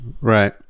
Right